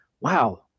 wow